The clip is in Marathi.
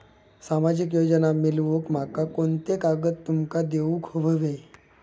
सामाजिक योजना मिलवूक माका कोनते कागद तुमका देऊक व्हये?